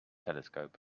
telescope